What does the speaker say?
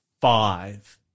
five